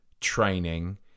training